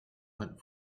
went